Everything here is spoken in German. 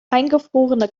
eingefrorene